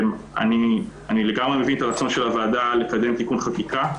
אני לגמרי מבין את הרצון של הוועדה לקדם תיקון חקיקה.